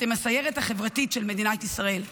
אתם הסיירת החברתית של מדינת ישראל.